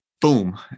Boom